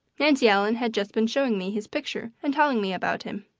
nancy ellen had just been showing me his picture and telling me about him.